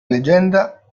leggenda